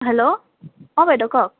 hello অ' বাইদ' কওক